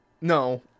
No